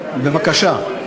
בבקשה.